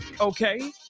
Okay